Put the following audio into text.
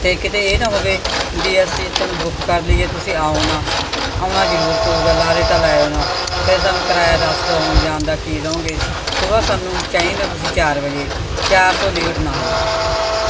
ਅਤੇ ਕਿਤੇ ਇਹ ਨਾ ਹੋਵੇ ਵੀ ਅਸੀਂ ਤੁਹਾਨੂੰ ਬੁੱਕ ਕਰ ਲਈਏ ਤੁਸੀਂ ਆਓ ਨਾ ਆਉਣਾ ਜ਼ਰੂਰ ਪਊਗਾ ਲਾਰੇ ਤਾਂ ਲਾਇਓ ਨਾ ਫਿਰ ਸਾਨੂੰ ਕਿਰਾਇਆ ਦੱਸ ਦਿਓ ਆਉਣ ਜਾਣ ਦਾ ਕੀ ਲਓਗੇ ਸੁਬਹਾ ਸਾਨੂੰ ਚਾਹੀਦੇ ਤੁਸੀਂ ਚਾਰ ਵਜੇ ਚਾਰ ਤੋਂ ਲੇਟ ਨਾ ਹੋਇਓ